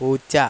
പൂച്ച